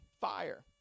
fire